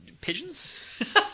pigeons